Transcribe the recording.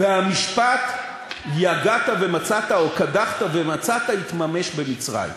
והמשפט "יגעת ומצאת" או "קדחת ומצאת" התממש במצרים.